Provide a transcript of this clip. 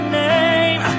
name